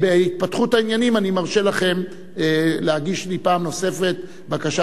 בהתפתחות העניינים אני מרשה לכם להגיש לי פעם נוספת בקשה